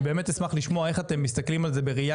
אני באמת אשמח לשמוע איך אתם מסתכלים על זה בראייה